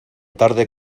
tarde